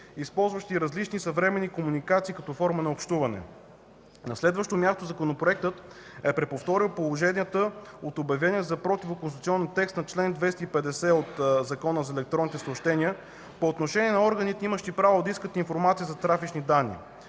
използващи различни съвременни комуникации като форма на общуване. На следващо място, Законопроектът е преповторил положенията от обявения за противоконституционен текст на чл. 250 от Закона за електронните съобщения по отношение на органите, имащи право да искат информация за трафични данни.